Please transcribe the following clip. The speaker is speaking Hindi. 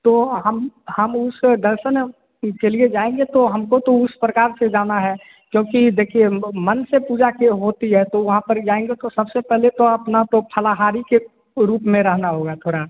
तो हम हम उस दर्शन क के लिए जाएँगे तो हमको तो उस प्रकार से जाना है क्योंकि देखिए म मन से पूजा किए होती है तो वहाँ पर जाएँगे तो सबसे पहले तो अपना तो फलाहारी के रूप में रहना होगा थोड़ा